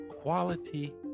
quality